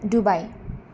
Dubai